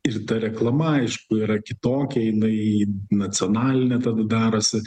ir ta reklama aišku yra kitokia jinai nacionalinė tada darosi